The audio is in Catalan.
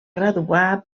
graduar